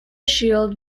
shield